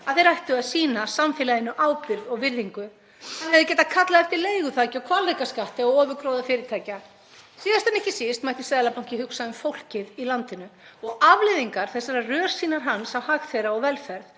að þeir ættu að sýna samfélaginu ábyrgð og virðingu. Hann hefði getað kallað eftir leiguþaki og hvalrekaskatti á ofurgróða fyrirtækja. Síðast en ekki síst mætti Seðlabankinn hugsa um fólkið í landinu og afleiðingar þessarar rörsýnar hans á hag þess og velferð.